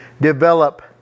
develop